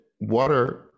water